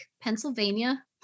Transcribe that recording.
Pennsylvania